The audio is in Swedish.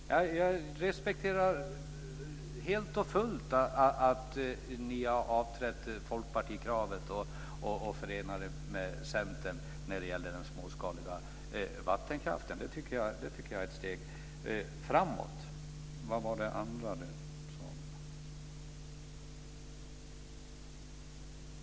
Fru talman! Jag respekterar helt och fullt att ni har avträtt folkpartikravet och förenar er med Centern när det gäller den småskaliga vattenkraften. Det tycker jag är ett steg framåt. Jag kommer inte ihåg den andra frågan.